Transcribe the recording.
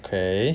okay